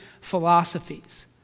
philosophies